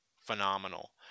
phenomenal